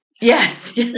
yes